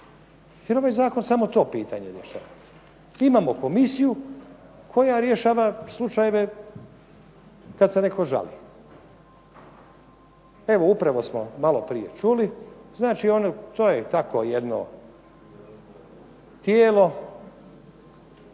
jer ovaj zakon samo to pitanje rješava. Imamo komisiju koja rješava slučajeve kad se netko žali. Evo, upravo smo malo prije čuli, znači to je tako jedno tijelo